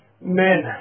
Men